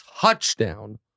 touchdown